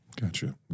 Gotcha